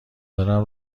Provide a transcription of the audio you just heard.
دارم